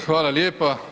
Hvala lijepa.